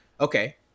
okay